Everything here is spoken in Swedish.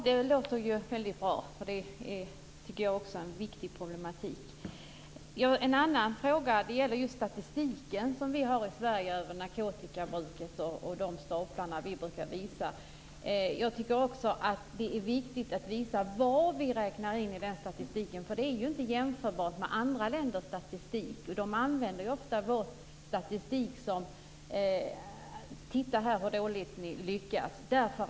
Fru talman! Det låter mycket bra. Det tycker jag också är en viktig problematik. En annan fråga gäller den statistik som vi i Sverige har över narkotikabruket. Jag tycker också att det är viktigt att vi visar vad vi räknar in i den statistiken. Vår statistik är ju inte jämförbar med andra länders statistik. När andra länder tittar på vår statistik tycker de att vi lyckas dåligt.